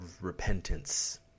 repentance